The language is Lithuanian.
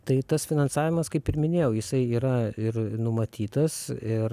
tai tas finansavimas kaip ir minėjau jisai yra ir numatytas ir